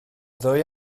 ddwy